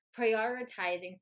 prioritizing